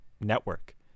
network